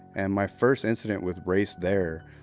and my first incident with race there,